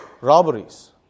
robberies